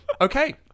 okay